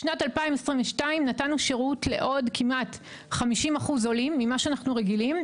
בשנת 2022 נתנו שירות לעוד כמעט 50% עולים ממה שאנחנו רגילים,